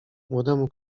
młodemu